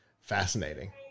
fascinating